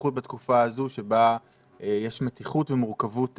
בייחוד בתקופה הזו שבה יש מתיחות ומורכבות,